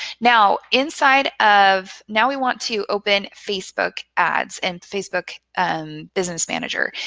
now inside of now we want to open facebook ads and facebook business manager.